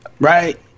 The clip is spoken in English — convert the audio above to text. right